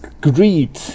greed